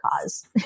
cause